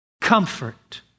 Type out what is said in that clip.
comfort